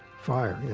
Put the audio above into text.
fire,